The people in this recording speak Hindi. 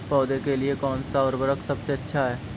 पौधों के लिए कौन सा उर्वरक सबसे अच्छा है?